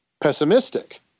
pessimistic